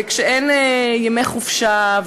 וכשאין ימי חופשה,